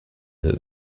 that